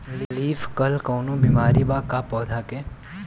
Leaf curl कौनो बीमारी बा का पौधा के?